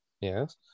Yes